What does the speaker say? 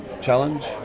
challenge